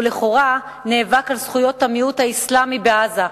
הוא לכאורה נאבק על זכויות המיעוט האסלאמי בעזה,